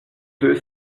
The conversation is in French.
deux